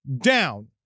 down